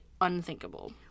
unthinkable